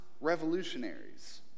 revolutionaries